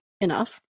enough